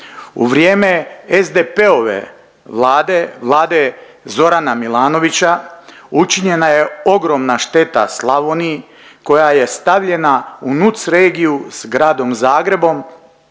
U vrijeme SDP-ove vlade, vlade Zorana Milanovića učinjena je ogromna šteta Slavoniji koja je stavljena u NUTS regiju s Gradom Zagrebom